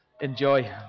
Enjoy